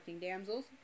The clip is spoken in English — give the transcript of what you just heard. Damsels